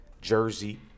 Jersey